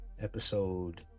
episode